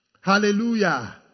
Hallelujah